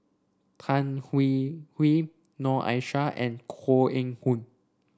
Tan Hwee Hwee Noor Aishah and Koh Eng Hoon